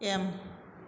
M